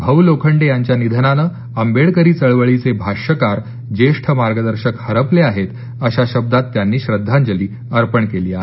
भाऊ लोखंडे यांच्या निधनानं आंबेडकरी चळवळीचे भाष्यकार ज्येष्ठ मार्गदर्शक हरपले आहेत आशा शब्दांत त्यांनी श्रद्धांजली अर्पण केली आहे